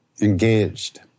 engaged